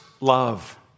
love